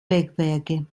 bergwerke